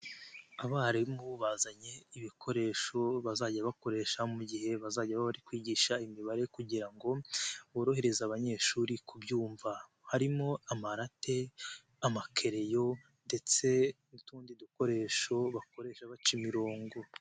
Abarimu bazanye ibikoresho bazajya bakoresha mu gihe bazajya baba bari kwigisha imibare kugira ngo, borohereze abanyeshuri kubyumva. Harimo amarate, amakereyo ndetse n'utundi dukoresho bakoresha baca imirongo.